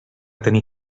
tenir